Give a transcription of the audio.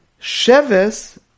Sheves